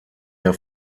der